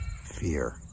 fear